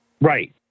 Right